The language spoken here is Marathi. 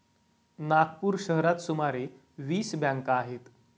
नागपूर शहरात सुमारे वीस बँका आहेत